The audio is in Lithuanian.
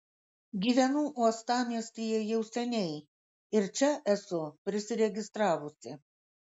gyvenu uostamiestyje jau seniai ir čia esu prisiregistravusi